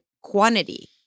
quantity